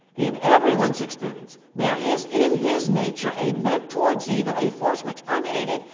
in everyone's experience, there is in his nature a bent towards evil, a force which, unaided,